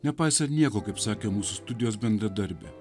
nepaisan nieko kaip sakė mūsų studijos bendradarbė